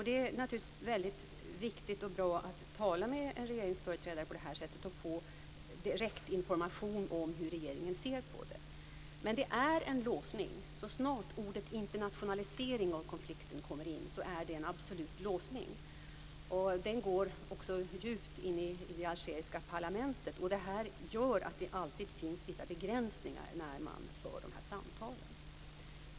Det är naturligtvis väldigt viktigt och bra att tala med en regeringsföreträdare på det här sättet och få direktinformation om hur regeringen ser på det. Men det finns en låsning. Så snart ordet internationalisering kommer in i fråga om konflikten blir det en absolut låsning, och den går djupt in i det algeriska parlamentet. Det gör att det alltid finns vissa begränsningar när man för dessa samtal.